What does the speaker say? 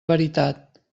veritat